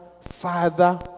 father